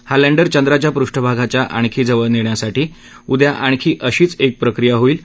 हा लँडर चंद्राच्या पृष्ठभागाच्या आणखी जवळ नेण्यासाठी उद्या आणखी अशीच एक प्रक्रिया होईल